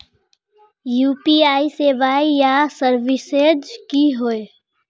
UPI सेवाएँ या services की होय?